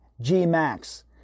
G-Max